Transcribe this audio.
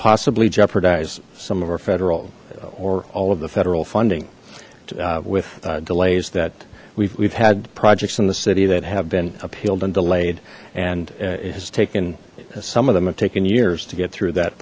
possibly jeopardize some of our federal or all of the federal funding with delays that we've had projects in the city that have been appealed and delayed and it has taken some of them have taken years to get through that